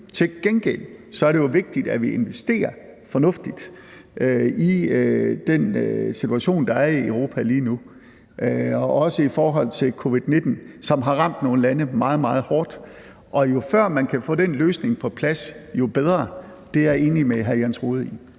Til gengæld er det jo vigtigt, at vi investerer fornuftigt i den situation, der er i Europa lige nu – også i forhold til covid-19, som har ramt nogle lande meget, meget hårdt. Jo før man kan få den løsning på plads, jo bedre; det er jeg enig med hr. Jens Rohde i.